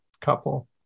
couple